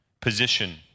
position